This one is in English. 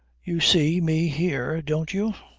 you see me here don't you.